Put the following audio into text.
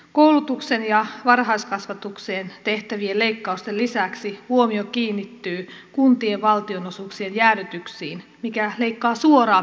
koulutukseen ja varhaiskasvatukseen tehtävien leikkausten lisäksi huomio kiinnittyy kuntien valtionosuuksien jäädytyksiin mikä leikkaa suoraan peruspalveluista